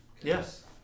Yes